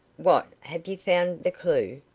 what, have you found the clue?